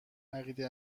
عقیده